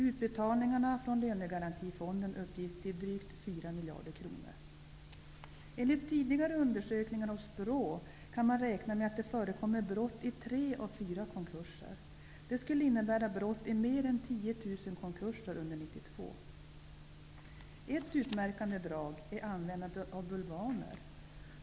Utbetalningarna från lönegarantifonden uppgick till drygt 4 miljarder kronor. Enligt tidigare undersökningar hos BRÅ kan man räkna med att det i tre av fyra konkurser förekommer brott. Det skulle innebära brott i mer än 10 000 konkurser under 1992. Ett utmärkande drag är användandet av bulvaner.